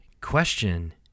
question